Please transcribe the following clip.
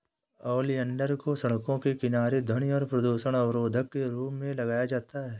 oleander को सड़कों के किनारे ध्वनि और प्रदूषण अवरोधक के रूप में लगाया जाता है